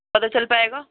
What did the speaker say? پتہ چل پائے گا